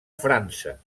frança